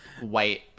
white